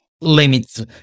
limits